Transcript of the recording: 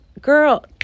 Girl